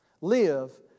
live